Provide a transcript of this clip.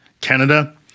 Canada